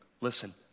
listen